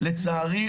ולצערי,